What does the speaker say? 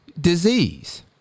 disease